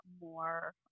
more